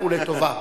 ובכל זאת,